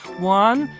one,